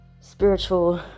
spiritual